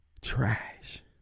Trash